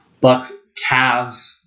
Bucks-Cavs